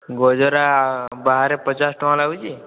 ଗାଜରା ବାହାରେ ପଚାଶ ଟଙ୍କା ଲାଗୁଛି